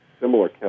Similar